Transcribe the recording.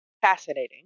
fascinating